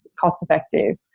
cost-effective